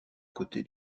côté